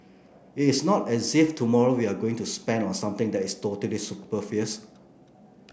it is not as if tomorrow we are going to spend on something that is totally superfluous